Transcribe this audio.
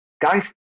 Guys